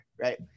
Right